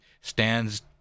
stands